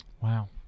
Wow